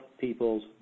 people's